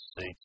seat